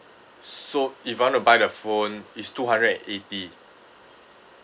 so if I want to buy the phone it's two hundred and eighty